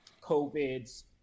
COVID's